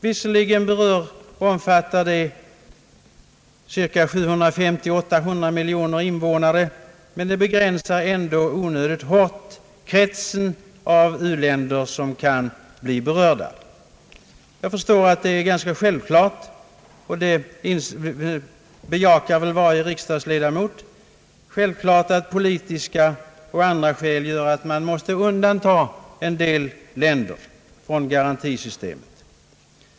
Visserligen omfattar det cirka 750 till 800 miljoner invånare, men det begränsar ändå onödigt hårt kretsen av u-länder som kan bli berörda. Det är ganska självklart — och det bejakar väl varje riksdagsledamot — att politiska och andra skäl gör att man måste undanta en del länder från garantisystemet.